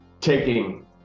taking